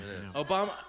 Obama